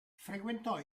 frequentò